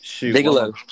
Bigelow